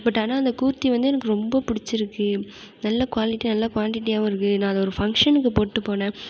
but ஆனால் அந்த கூர்த்தி வந்து எனக்கு ரொம்ப பிடிச்சிருக்கு நல்ல குவாலிட்டி நல்ல குவான்டிட்டியாகவும் இருக்கு நான் அதை ஒரு ஃபங்ஷனுக்கு போட்டு போனேன்